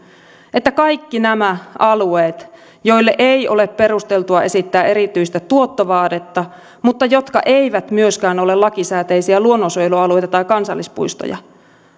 että kaikki nämä alueet joille ei ole perusteltua esittää erityistä tuottovaadetta mutta jotka eivät myöskään ole lakisääteisiä luonnonsuojelualueita tai kansallispuistoja